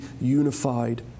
unified